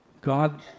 God